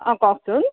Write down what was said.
অ কওকচোন